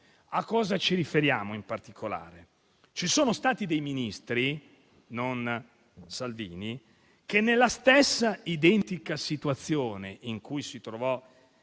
maggiori. In particolare, ci sono stati dei Ministri, non Salvini, che, nella stessa identica situazione in cui si trovò